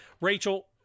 Rachel